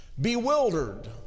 Bewildered